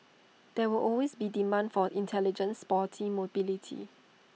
there will always be demand for intelligent sporty mobility